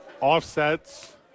offsets